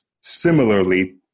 similarly